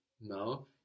no